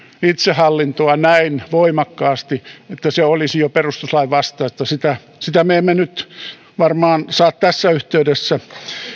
itsehallintoa näin voimakkaasti että se olisi jo perustuslain vastaista sitä sitä me emme varmaan saa nyt tässä yhteydessä